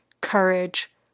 courage